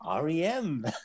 REM